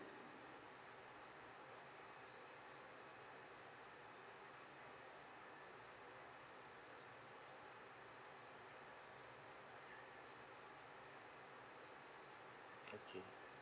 okay